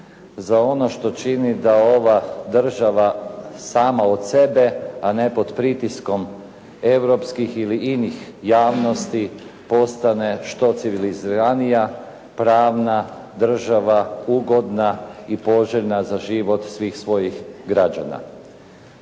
za ono što čini da ova država sama od sebe, a ne pod pritiskom europskih ili inih javnosti postane što civiliziranija pravna država ugodna i poželjna za život svih svojih građana.